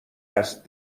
است